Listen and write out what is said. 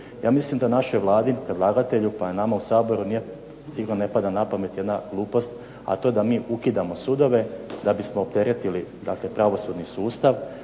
Ja mislim da našoj Vladi, da vladatelju pa i nama u Saboru sigurno ne pada na pamet jedna glupost, a to je da mi ukidamo sudove da bismo opteretili pravosudni sustav,